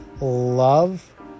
love